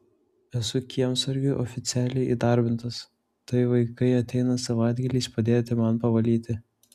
esu kiemsargiu oficialiai įdarbintas tai vaikai ateina savaitgaliais padėti man pavalyti